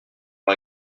pas